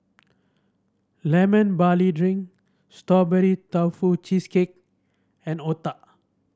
Lemon Barley Drink Strawberry Tofu Cheesecake and otah